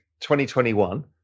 2021